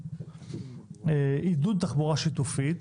עידוד תחבורה שיתופית,